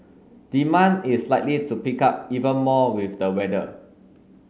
demand is likely to pick up even more with the weather